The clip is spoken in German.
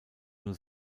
nur